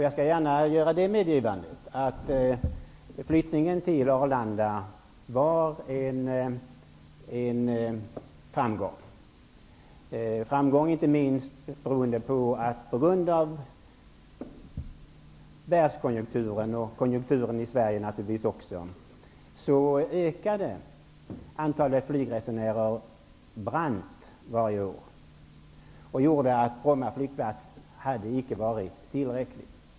Jag skall gärna göra medgivandet att flyttningen till Arlanda var en framgång. Inte minst beroende på att världskonjunkturen, och naturligtvis också konjunkturen i Sverige, ökade antalet flygresenär kraftigt varje år. Detta gjorde att Bromma flygplats icke hade varit tillräcklig.